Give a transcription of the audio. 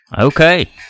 Okay